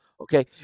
okay